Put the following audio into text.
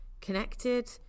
connected